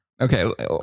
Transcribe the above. okay